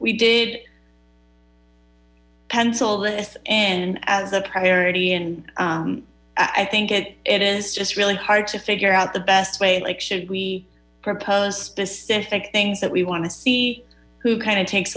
we did pencil this in as a priority in i think it it is just really hard to figure out the best way like should we propose specific things that we want to see who kind of takes